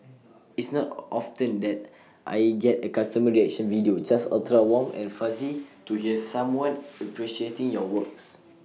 it's not often that I get A customer reaction video just ultra warm and fuzzy to hear someone appreciating your works